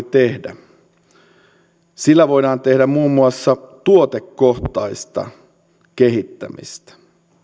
tehdä sillä voidaan tehdä muun muassa tuotekohtaista kehittämistä